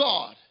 God